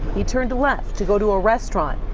he turned left to go to a restaurant.